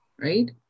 right